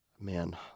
man